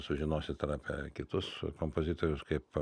sužinosit ir apie kitus kompozitorius kaip